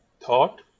thought